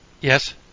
Yes